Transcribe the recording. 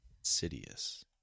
Insidious